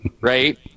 right